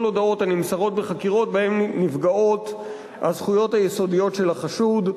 הודאות הנמסרות בחקירות שבהן נפגעות הזכויות היסודיות של החשוד,